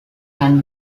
can